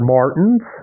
Martin's